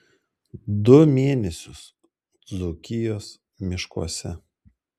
du mėnesius dzūkijos miškuose